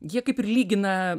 jie kaip ir lygina